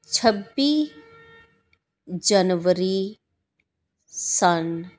ਛੱਬੀ ਜਨਵਰੀ ਸੰਨ